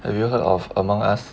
have you heard of among us